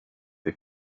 the